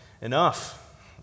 Enough